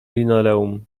linoleum